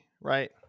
right